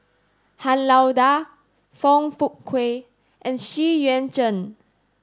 Han Lao Da Foong Fook Kay and Xu Yuan Zhen